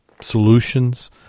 solutions